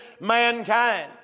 mankind